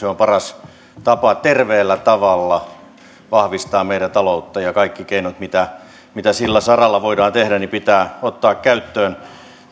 on paras tapa terveellä tavalla vahvistaa meidän taloutta ja ja kaikki keinot mitä mitä sillä saralla voidaan tehdä pitää ottaa käyttöön